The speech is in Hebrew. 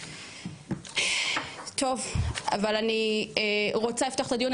אבל אני רוצה לפתוח את הדיון,